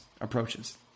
approaches